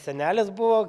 senelis buvo